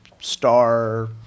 Star